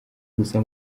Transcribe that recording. gusa